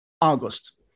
August